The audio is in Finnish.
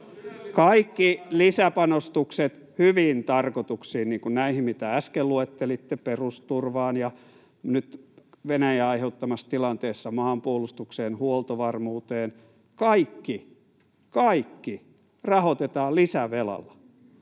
Kaikki lisäpanostukset hyviin tarkoituksiin, niin kuin näihin, mitä äsken luettelitte, perusturvaan ja nyt Venäjän aiheuttamassa tilanteessa maanpuolustukseen, huoltovarmuuteen, kaikki — kaikki — rahoitetaan lisävelalla.